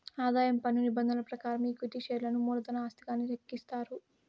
ఆదాయం పన్ను నిబంధనల ప్రకారం ఈక్విటీ షేర్లను మూలధన ఆస్తిగానే లెక్కిస్తారు